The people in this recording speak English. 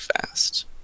fast